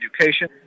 education